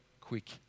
quick